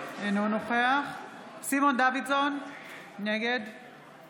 אינו נוכח סימון דוידסון, נגד